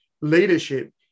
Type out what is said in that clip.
leadership